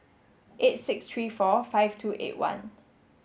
eight six three four five two eight one